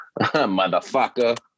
motherfucker